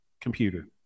computer